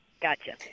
Gotcha